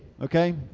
okay